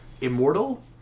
immortal